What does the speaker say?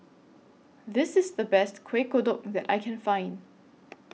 This IS The Best Kueh Kodok that I Can Find